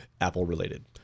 Apple-related